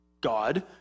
God